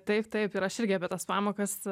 taip taip ir aš irgi apie tas pamokas